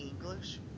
English